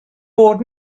bod